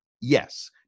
Yes